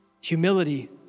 Humility